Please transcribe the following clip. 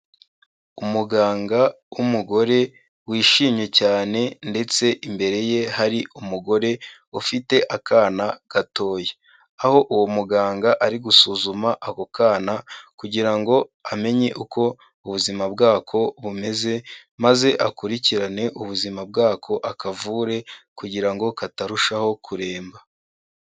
Umuganga w'umugore wishimye cyane ndetse imbere ye hari umugore ufite akana gatoya, aho uwo muganga ari gusuzuma ako kana kugira ngo amenye uko ubuzima bwako bumeze maze akurikirane ubuzima bwako akavure kugira ngo katarushaho kuremba.